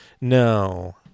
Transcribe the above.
No